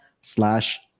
slash